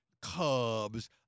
Cubs